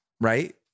Right